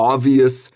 Obvious